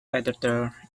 editor